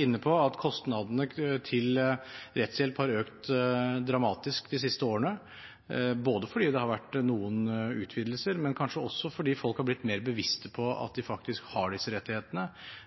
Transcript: inne på, at kostnadene til rettshjelp har økt dramatisk de siste årene, både fordi det har vært noen utvidelser og kanskje også fordi folk har blitt mer bevisste på at de faktisk har disse rettighetene.